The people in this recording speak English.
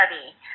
study